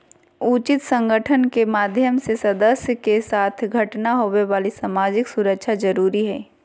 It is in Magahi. उचित संगठन के माध्यम से सदस्य के साथ घटना होवे वाली सामाजिक सुरक्षा जरुरी हइ